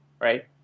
right